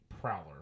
Prowler